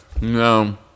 No